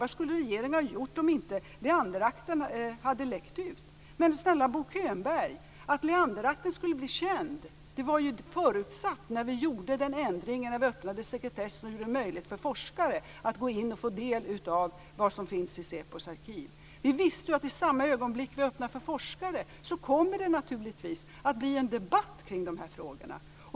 Vad skulle regeringen ha gjort om inte Leanderakten hade läckt ut? Men snälla Bo Könberg, att Leanderakten skulle bli känd var ju förutsatt när vi gjorde den här ändringen, när vi öppnade sekretessen och gjorde det möjligt för forskare att gå in och få del av vad som finns in säpos arkiv. Vi visste att i samma ögonblick vi öppnade för forskare kommer det naturligtvis att bli en debatt kring dessa frågor.